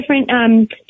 different